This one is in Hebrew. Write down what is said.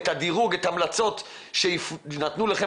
את הדירוג ואת ההמלצות שנתנו לכם,